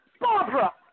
Barbara